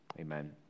Amen